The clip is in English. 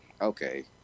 okay